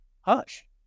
Hush